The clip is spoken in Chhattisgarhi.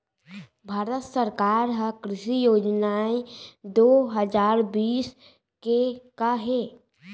भारत सरकार के कृषि योजनाएं दो हजार बीस के का हे?